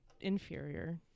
inferior